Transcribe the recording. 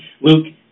Luke